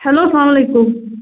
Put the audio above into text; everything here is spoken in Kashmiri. ہیٚلو سلام علیکُم